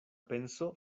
penso